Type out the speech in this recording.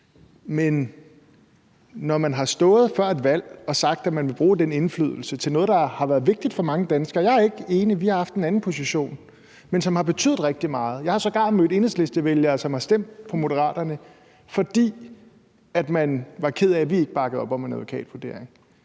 Men man har stået før et valg og sagt, at man vil bruge den indflydelse til noget, der har været vigtigt for mange danskere – og jeg er ikke enig; vi har haft en anden position – og har betydet rigtig meget. Jeg har sågar mødt Enhedslistevælgere, som har stemt på Moderaterne, fordi man var ked af, at vi ikke bakkede op om en advokatvurdering.